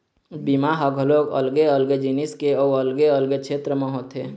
बीमा ह घलोक अलगे अलगे जिनिस के अउ अलगे अलगे छेत्र म होथे